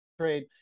trade